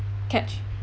catch